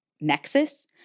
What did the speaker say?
nexus